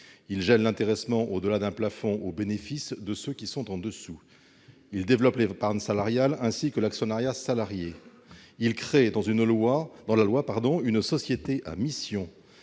Il gèle l'intéressement au-delà d'un plafond au bénéfice de ceux qui sont en dessous. Il développe l'épargne salariale, ainsi que l'actionnariat salarié, et crée dans la loi une « société à mission